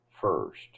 first